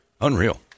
Unreal